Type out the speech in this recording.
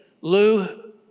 Lou